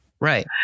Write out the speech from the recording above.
right